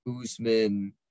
Usman